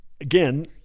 again